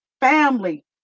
family